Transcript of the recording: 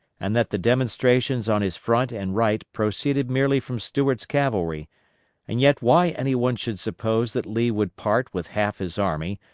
and that the demonstrations on his front and right proceeded merely from stuart's cavalry and yet why any one should suppose that lee would part with half his army,